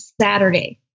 Saturday